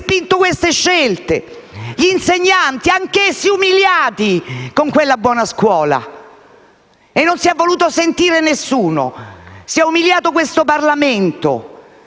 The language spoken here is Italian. ma queste scelte. Gli insegnanti: anch'essi umiliati con quella buona scuola. E non si è voluto sentire nessuno, si è umiliato anche questo Parlamento.